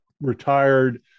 retired